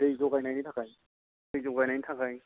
दै जगायनायनि थाखाय दै जगायनायनि थाखाय